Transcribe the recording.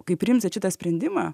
kai priimsit šitą sprendimą